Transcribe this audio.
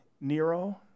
Nero